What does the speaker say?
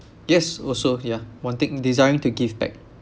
yes also ya wanting desiring to give back